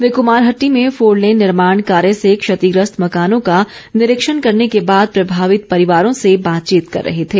वे कूमारहट्टी में फोरलेन निर्माण कार्य से क्षतिग्रस्त मकानों का निरीक्षण करने के बाद प्रभावित परिवारों से बातचीत कर रहे थे